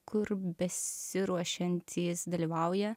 kur besiruošiantys dalyvauja